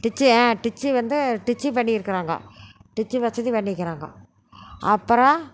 ditch டிச்சு வந்து டிச்சி பண்ணிருக்கிறாங்கோ டிச்சு வசதி பண்ணிருக்கிறாங்கோ அப்பறோ